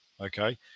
okay